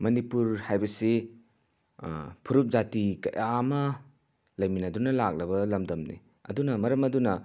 ꯃꯅꯤꯄꯨꯔ ꯍꯥꯏꯕꯁꯤ ꯐꯨꯔꯨꯞ ꯖꯥꯇꯤ ꯀꯌꯥ ꯑꯃ ꯂꯩꯃꯤꯟꯅꯗꯨꯅ ꯂꯥꯛꯂꯕ ꯂꯝꯗꯝꯅꯤ ꯑꯗꯨꯅ ꯃꯔꯝ ꯑꯗꯨꯅ